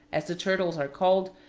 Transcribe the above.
as the turtles are called,